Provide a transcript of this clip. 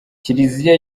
kiliziya